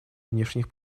внешних